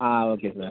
ah okay sir